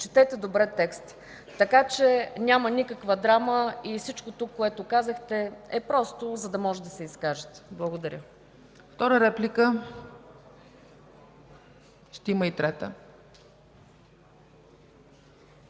Четете добре текста! Няма никаква драма и всичко тук, което казахте, е просто, за да можете да се изкажете. Благодаря.